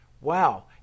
Wow